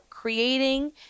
creating